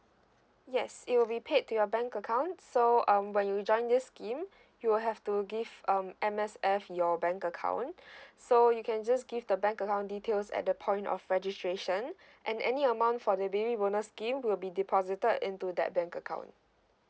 yes it will be paid to your bank account so um when you join this scheme you will have to give um M_S_F your bank account so you can just give the bank account details at the point of registration and any amount for the baby bonus scheme will be deposited into that bank account